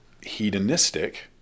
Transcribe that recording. hedonistic